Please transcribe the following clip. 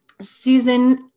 Susan